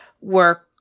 work